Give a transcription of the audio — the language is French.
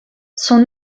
son